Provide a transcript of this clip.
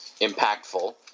impactful